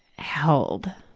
held.